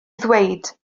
ddweud